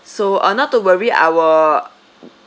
so uh not to worry I will